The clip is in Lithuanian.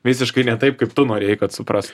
visiškai ne taip kaip tu norėjai kad supras